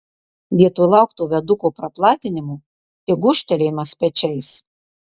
vietoj laukto viaduko praplatinimo tik gūžtelėjimas pečiais